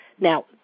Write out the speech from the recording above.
Now